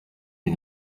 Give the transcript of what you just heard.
une